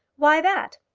why that?